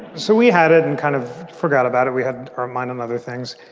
so we had it and kind of forgot about it. we had our mind and other things.